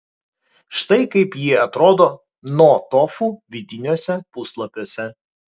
štai kaip ji atrodo no tofu vidiniuose puslapiuose